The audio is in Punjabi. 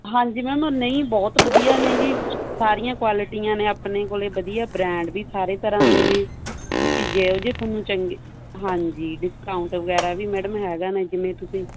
ਹਾਂਜੀ ਮੈਮ ਨਹੀਂ ਬਹੁਤ ਵਧੀਆ ਨੇ ਜੀ ਸਾਰੀਆਂ ਕੁਆਲਿਟੀਆਂ ਨੇ ਆਪਣੇ ਕੋਲ ਵਧੀਆ ਬ੍ਰਾਂਡ ਵੀ ਸਾਰੇ ਤਰ੍ਹਾਂ ਦੇ ਨੇ ਤੁਸੀਂ ਜਿਹੋ ਜਿਹੇ ਤੁਹਾਨੂੰ ਚੰਗੇ ਹਾਂਜੀ ਡਿਸਕਾਊਂਟ ਵਗੈਰਾ ਵੀ ਮੈਡਮ ਹੈਗਾ ਨਾ ਜਿਵੇਂ ਤੁਸੀਂ